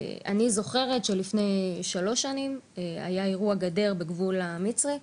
אני זוכרת שלפני 3 שנים היה אירוע גדר בגבול המצרי,